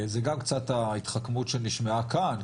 זה גם קצת ההתחכמות שנשמעה כאן,